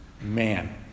man